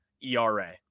ERA